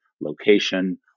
location